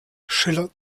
schiller